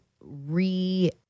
re